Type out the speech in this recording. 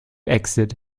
exit